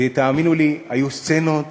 ותאמינו לי, היו סצנות